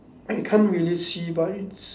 I can't really see by its